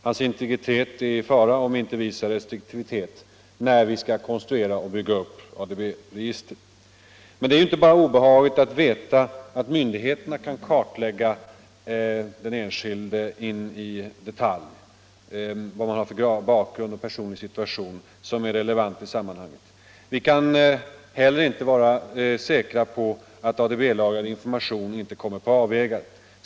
Hans integritet är då i fara, om vi inte iakttar restriktivitet när vi konstruerar och bygger upp ADB-registren. Men det är inte bara obehaget att veta att myndigheterna kan kartlägga den enskilde in i detalj — hans bakgrund och personliga situation — som är relevant i sammanhanget. Vi kan inte heller vara säkra på att ADB lagrad information inte kommer på avvägar.